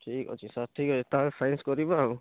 ଠିକ୍ ଅଛି ସାର୍ ଠିକ୍ ଅଛି ତାହେଲେ ସାଇନ୍ସ କରିବି ଆଉ